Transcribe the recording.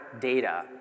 data